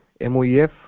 MOEF